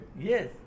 yes